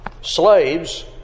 Slaves